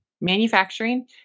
manufacturing